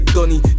Donnie